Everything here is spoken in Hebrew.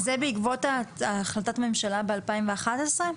זה בעקבות החלטת ממשלה ב-2011?